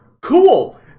cool